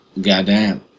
Goddamn